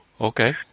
Okay